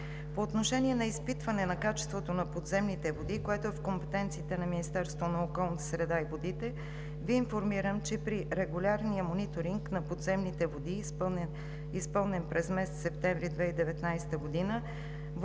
По отношение на изпитване на качеството на подземните води, което е в компетенциите на Министерството на околната среда и водите, Ви информирам, че при регулярния мониторинг на подземните води, изпълнен през месец септември 2019 г.,